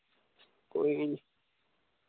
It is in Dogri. कोई नी